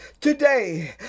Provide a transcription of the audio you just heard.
today